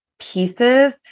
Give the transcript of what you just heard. pieces